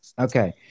Okay